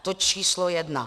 Toť číslo jedna.